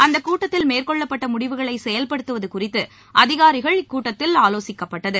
அந்தக் கூட்டத்தில் மேற்கொள்ளப்பட்ட முடிவுகளை செயல்படுத்துவது குறித்து அதிகாரிகள் கூட்டத்தில் ஆலோசிக்கப்பட்டது